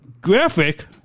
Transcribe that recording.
graphic